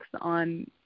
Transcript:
on